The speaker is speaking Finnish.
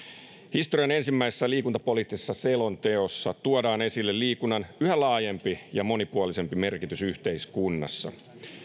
historian ensimmäisessä liikuntapoliittisessa selonteossa tuodaan esille liikunnan yhä laajempi ja monipuolisempi merkitys yhteiskunnassa